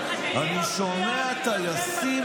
אני שומע טייסים,